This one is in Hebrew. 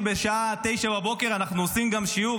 בשעה 9:00 בבוקר אנחנו עושים שיעור.